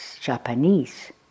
Japanese